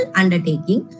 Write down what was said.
undertaking